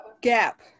gap